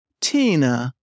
Tina